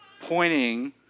pointing